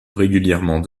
régulièrement